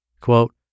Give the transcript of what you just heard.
Quote